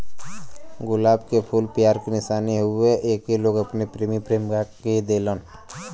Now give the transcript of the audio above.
गुलाब के फूल प्यार के निशानी हउवे एके लोग अपने प्रेमी प्रेमिका के देलन